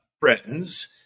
friends